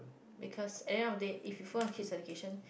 because end of date if you fall on kid's education